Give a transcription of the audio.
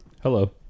Hello